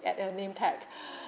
at her name tag